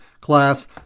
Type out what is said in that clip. class